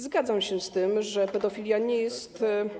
Zgadzam się z tym, że pedofilia nie jest.